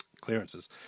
clearances